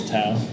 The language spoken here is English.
Town